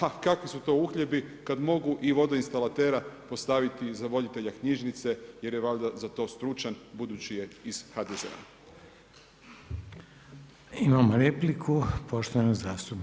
A kakvi su to uhljebi kada mogu i vodoinstalatera postaviti za voditelja knjižnice jer je valjda za to stručan budući je iz HDZ-a?